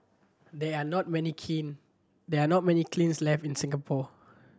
there are not many kin there are not many kilns left in Singapore